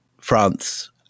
France